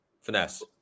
finesse